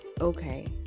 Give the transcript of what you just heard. okay